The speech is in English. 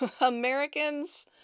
Americans